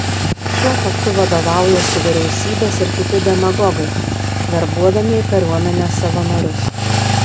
šiuo faktu vadovaujasi vyriausybės ir kiti demagogai verbuodami į kariuomenę savanorius